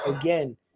again